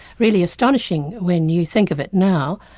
really astonishing when you think of it now.